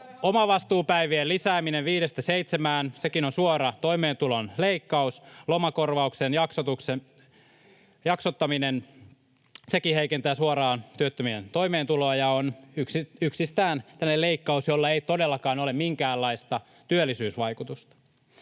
Omavastuupäivien lisääminen viidestä seitsemään — sekin on suora toimeentulon leikkaus. Lomakorvauksen jaksottaminen — sekin heikentää suoraan työttömien toimeentuloa ja on yksistään tällainen leikkaus, jolla ei todellakaan ole minkäänlaista työllisyysvaikutusta.